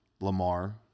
Lamar